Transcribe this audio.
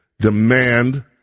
demand